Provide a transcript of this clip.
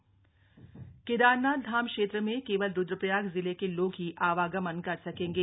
केदारनाथ आवागमन केदारनाथ धाम क्षेत्र में केवल रुद्रप्रयाग जिले के लोग ही आवागमन कर सकेंगे